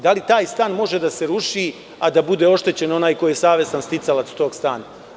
Da li taj stan može da se ruši a da bude oštećen onaj ko je savestan sticalac tog stana?